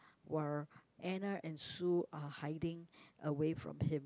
while Anna and Sue are hiding away from him